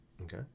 Okay